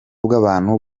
bw’abantu